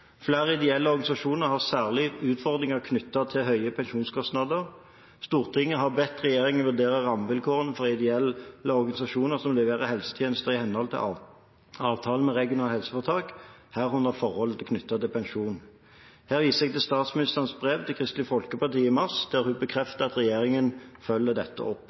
Flere ideelle organisasjoner har særlige utfordringer knyttet til høye pensjonskostnader. Stortinget har bedt regjeringen vurdere rammevilkårene for ideelle organisasjoner som leverer helsetjenester i henhold til avtalen med regionale helseforetak, herunder forhold knyttet til pensjon. Her viser jeg til statsministerens brev til Kristelig Folkeparti i mars, der hun bekrefter at regjeringen følger opp dette.